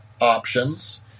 options